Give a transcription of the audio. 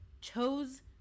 chose